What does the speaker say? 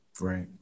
Right